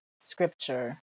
scripture